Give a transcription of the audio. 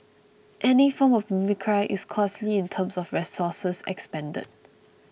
any form of mimicry is costly in terms of resources expended